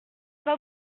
pas